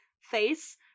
face